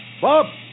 Bob